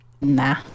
Nah